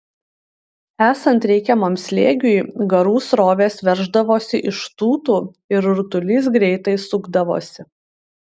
esant reikiamam slėgiui garų srovės verždavosi iš tūtų ir rutulys greitai sukdavosi